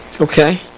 Okay